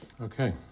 Okay